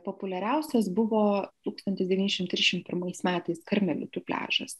populiariausias buvo tūkstantis devyni šimtai trisdešimt pirmais metais karmelitų pliažas